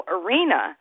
arena